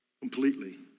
Completely